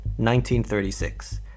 1936